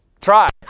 try